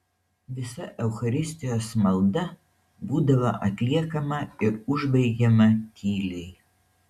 visa eucharistijos malda būdavo atliekama ir užbaigiama tyliai